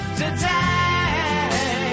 today